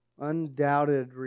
Undoubted